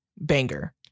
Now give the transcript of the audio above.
banger